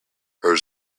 her